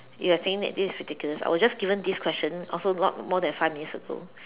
you're saying that this is ridiculous I was just given this question also not more than five minutes ago